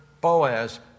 Boaz